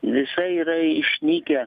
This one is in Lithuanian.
visai yra išnykę